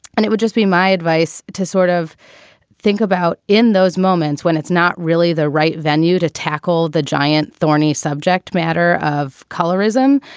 and it would just be my advice to sort of think about in those moments when it's not really the right venue to tackle the giant thorny subject matter of colorism,